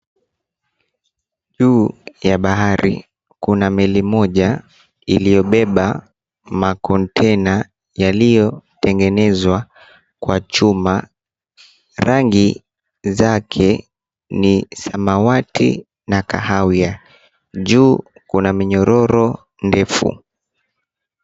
Juu ya bahari kuna meli moja iliyobeba makontena yaliyotengenezwa kwa chuma, rangi zake ni samawati na kahawia, juu kuna minyonyoro ndefu.